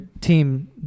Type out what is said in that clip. team